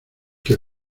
que